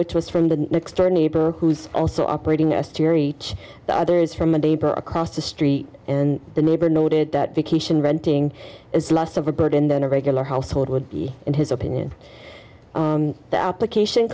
which was from the next door neighbor who's also operating us theory the other is from a neighbor across the street and the neighbor noted that vacation renting is less of a burden than a regular household would be in his opinion the application